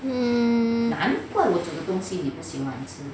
mm